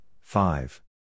five